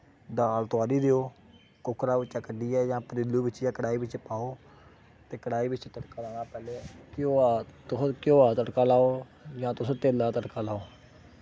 दाल तोआरियै कुक्करै बिच्च जां कड़ाही बिच्च पाओ ते कड़ाही बिच्च तड़का लाना पैह्लैं केह् ऐ तुस घ्यो दा तड़का लाओ जां तुस तेल्ला दा तड़का लाओ